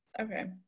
Okay